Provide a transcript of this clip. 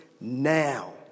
now